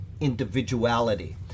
individuality